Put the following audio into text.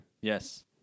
Yes